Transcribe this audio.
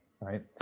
right